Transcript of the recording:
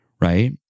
right